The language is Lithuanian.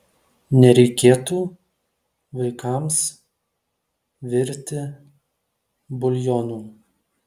nereikėtų vaikams virti buljonų